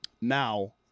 Now